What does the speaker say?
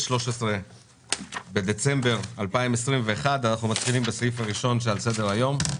13 בדצמבר 2021. אנחנו מתחילים בסעיף הראשון שעל סדר-היום.